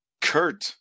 Kurt